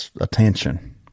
attention